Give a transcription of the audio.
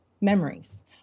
memories